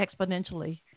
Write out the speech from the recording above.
exponentially